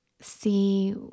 see